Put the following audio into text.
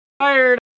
tired